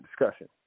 discussion